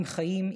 עם חיים,